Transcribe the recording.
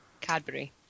Cadbury